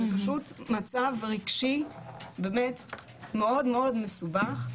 זה פשוט מצב רגשי באמת מאוד מסובך,